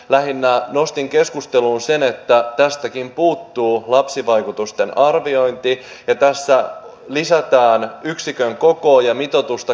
lähinnä nostin keskusteluun sen että tästäkin puuttuu lapsivaikutusten arviointi ja tässä lisätään yksikön kokoa ja kasvatetaan mitoitusta